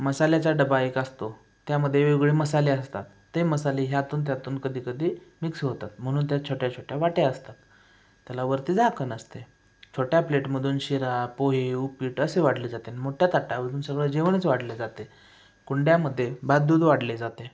मसाल्याचा डबा एक असतो त्यामध्ये वेगवेगळे मसाले असतात ते मसाले ह्यातून त्यातून कधीकधी मिक्स होतात म्हणून त्यात छोट्याछोट्या वाट्या असतात त्याला वरती झाकण असतं छोट्या प्लेटमधून शिरा पोहे उपीट असे वाढले जाते मोठ्या ताटामधून सगळं जेवणच वाढलं जातं कुंड्यामध्ये भात दूध वाढले जाते